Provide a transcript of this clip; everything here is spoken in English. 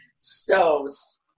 stoves